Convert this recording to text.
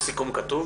יש סיכום כתוב?